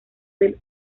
del